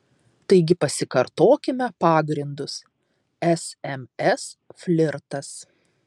taigi pasikartokime pagrindus sms flirtas